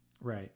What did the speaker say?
Right